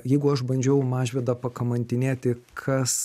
jeigu aš bandžiau mažvydą pakamantinėti kas